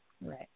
Right